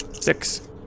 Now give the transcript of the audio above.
six